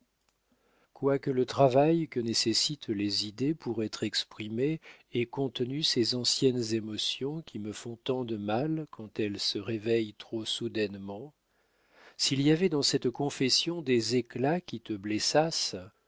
quoique le travail que nécessitent les idées pour être exprimées ait contenu ces anciennes émotions qui me font tant de mal quand elles se réveillent trop soudainement s'il y avait dans cette confession des éclats qui te blessassent